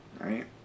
right